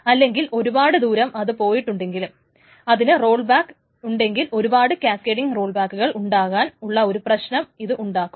അല്ലെങ്കിൽ ഒരുപാട് ദൂരം അത് പോയിട്ടുണ്ടെങ്കിലും അതിന് റോൾ ബാക്ക് ഉണ്ടെങ്കിൽ ഒരുപാട് കാസ്കെഡിങ് റോൾ ബാക്കുകൾ ഉണ്ടാകാൻ ഉള്ള ഒരു പ്രശ്നം ഇത് ഉണ്ടാക്കും